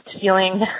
feeling